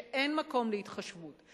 שאין מקום להתחשבות,